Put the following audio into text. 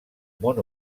món